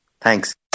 Thanks